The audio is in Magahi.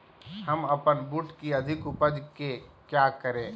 हम अपन बूट की अधिक उपज के क्या करे?